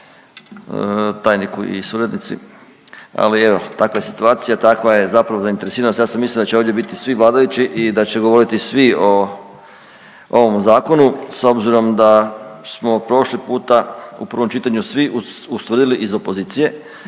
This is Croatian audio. tajniku i suradnici, ali evo takva je situacija, takva je zapravo zainteresiranost. Ja sam mislio da će ovdje biti svi vladajući i da će govoriti svi o ovom zakonu s obzirom da smo prošli puta u prvom čitanju ustvrdili iz opozicije